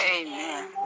Amen